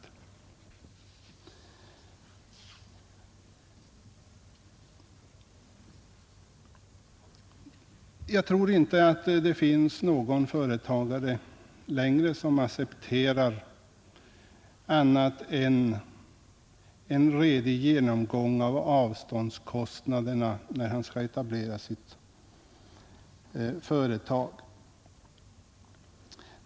15 Jag tror inte att det finns någon företagare som längre accepterar något annat än en ordentlig genomgång av avståndskostnaderna, när han skall etablera sitt företag.